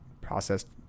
processed